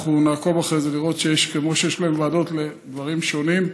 אנחנו נעקוב אחרי זה לראות שכמו שיש להם ועדות לדברים שונים,